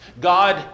God